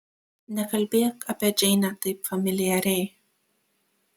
nekalbėk apie džeinę taip familiariai